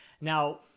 Now